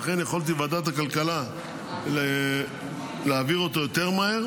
ולכן יכולתי בוועדת הכלכלה להעביר אותו מהר יותר.